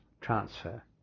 transfer